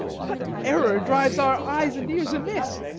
what error drives our eyes and ears amiss?